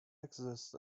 exists